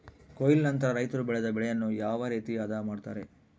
ಕೊಯ್ಲು ನಂತರ ರೈತರು ಬೆಳೆದ ಬೆಳೆಯನ್ನು ಯಾವ ರೇತಿ ಆದ ಮಾಡ್ತಾರೆ?